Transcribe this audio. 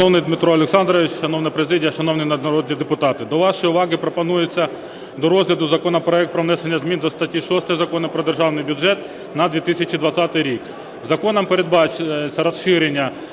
Дмитро Олександрович, шановна президія, шановні народні депутати! До вашої уваги пропонується до розгляду законопроект про внесення змін до статті 6 Закону "Про Державний бюджет на 2020 рік". Законом передбачається розширення